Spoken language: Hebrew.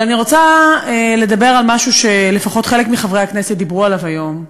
אני רוצה לדבר על משהו שלפחות חלק מחברי הכנסת דיברו עליו היום.